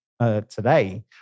today